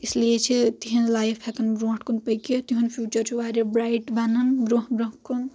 اس لیے چھِ تہنٛز لایف ہیٚکان برونٛٹھ کُن پٔکِتھ تِہُنٛد فیوچر چھُ واریاہ برایٹ بنان برونٛہہ برونٛہہ کُن